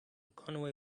conway